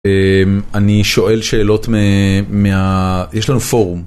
אני שואל שאלות מה..., יש לנו פורום.